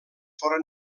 foren